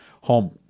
home